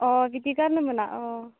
अ बिदि गारनो मोना अ